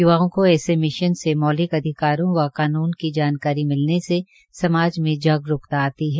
युवाओं को ऐसे मिशन से मौलिक अधिकारों व कानून की जानकारी मिलने से समाज में जागरूकता आती है